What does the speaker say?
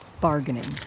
bargaining